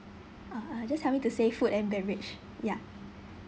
ah just help me to say food and beverage ya